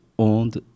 Owned